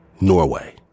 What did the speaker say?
Norway